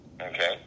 Okay